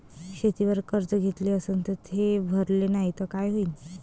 शेतीवर कर्ज घेतले अस ते भरले नाही तर काय होईन?